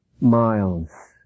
miles